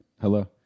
hello